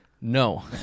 No